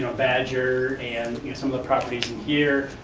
you know badger and you know some of the properties in here,